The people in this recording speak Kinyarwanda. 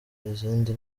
izindi